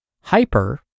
Hyper